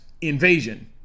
invasion